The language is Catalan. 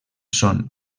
són